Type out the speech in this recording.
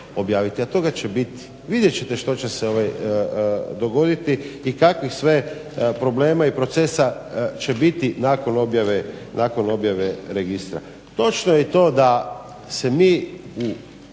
a toga će biti. Vidjet ćete što će se dogoditi i kakvih sve problema i procesa će biti nakon objave registra. Točno je to da se mi